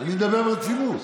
אני מדבר ברצינות.